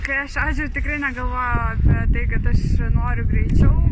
kai aš šaudžiau tikrai negalvojau apie tai kad aš noriu greičiau